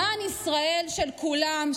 למען ישראל של כולם,